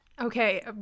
okay